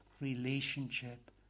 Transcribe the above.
relationship